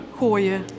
gooien